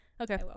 okay